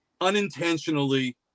unintentionally